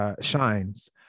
shines